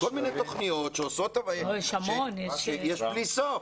כל מיני תוכניות יש בלי סוף.